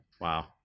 Wow